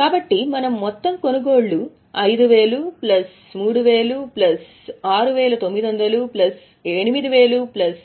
కాబట్టి మనము మొత్తం కొనుగోళ్లు 5000 ప్లస్ 3000 ప్లస్ 6900 ప్లస్ 8000 మరియు ప్లస్